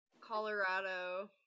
Colorado